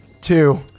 Two